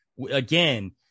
Again